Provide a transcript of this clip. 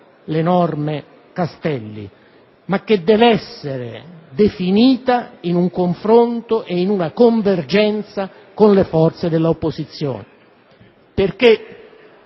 legge Castelli, ma che deve essere definita in un confronto e in una convergenza con le forze dell'opposizione.